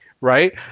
Right